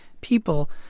people